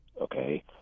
okay